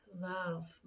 love